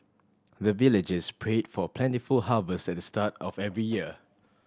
the villagers pray for plentiful harvest at the start of every year